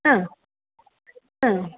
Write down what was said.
ആ ആ